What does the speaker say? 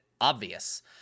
obvious